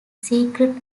secret